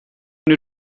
you